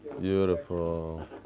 beautiful